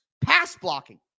pass-blocking